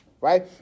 right